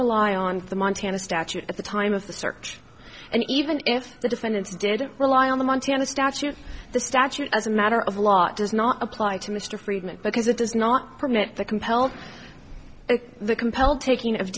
rely on the montana statute at the time of the search and even if the defendants did rely on the montana statute the statute as a matter of law it does not apply to mr friedman because it does not permit the compelled the compelled taking of